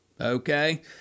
okay